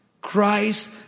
Christ